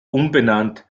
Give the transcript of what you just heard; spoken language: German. umbenannt